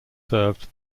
served